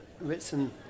Ritson